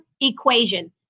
equation